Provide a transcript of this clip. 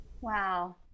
Wow